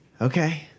Okay